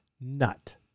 nut